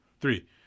Three